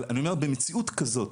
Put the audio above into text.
אבל אני אומר, במציאות כזאת